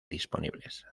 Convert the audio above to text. disponibles